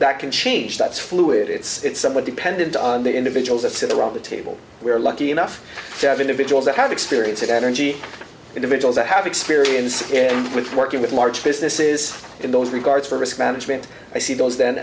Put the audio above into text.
can change that's fluid it's somewhat dependent on the individuals that sit around the table we're lucky enough to have individuals that have experience and energy individuals that have experience with working with large businesses in those regards for risk management i see those then